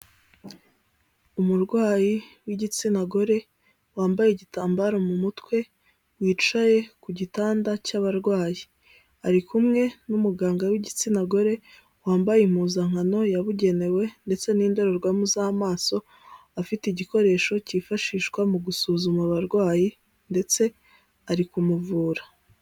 Umurwayi w'igitsina gore wambaye igitambaro mu mutwe, wicaye ku gitanda cy'abarwayi ari kumwe n'umuganga w'igitsina gore wambaye impuzankano yabugenewe ndetse n'indorerwamo z'amaso, afite igikoresho kifashishwa mu gusuzuma abarwayi ndetse ari kumuvura.